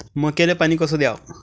मक्याले पानी कस द्याव?